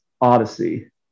odyssey